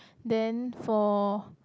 then for